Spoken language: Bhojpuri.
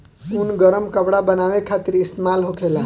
ऊन गरम कपड़ा बनावे खातिर इस्तेमाल होखेला